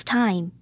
time